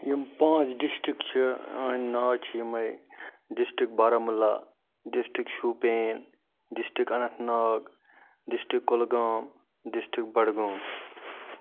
یِم پانٛژھ ڈِسٹِرٛک چھِ یِہِنٛد ناو چھِ یِمَے district Baramulla district Shopian district Anantnag district Kulgam district Budgam